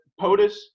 POTUS